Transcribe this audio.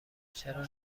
چرا